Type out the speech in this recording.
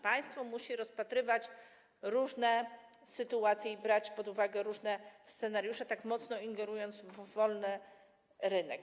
Państwo musi rozpatrywać różne sytuacje i brać pod uwagę różne scenariusze, tak mocno ingerując w wolny rynek.